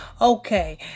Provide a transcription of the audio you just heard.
Okay